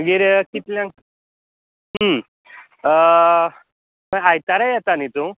मागीर कितल्यांक आयतारा येता न्ही तूं